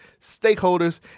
stakeholders